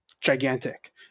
gigantic